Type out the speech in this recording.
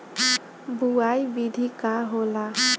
बुआई विधि का होला?